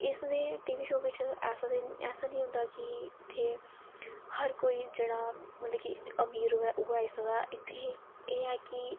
इसदे TV show बिच ऐसा निं होंदा कि इत्थै हर कोई जेह्ड़ा मतलब कि अमीर होए उ'ऐ आई सकदा इत्थै एह् ऐ कि